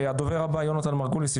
הדובר הבא יהונתן מרגוליס,